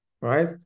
right